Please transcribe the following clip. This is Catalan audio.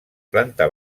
planta